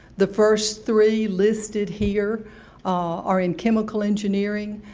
the first three listed here are in chemical engineering.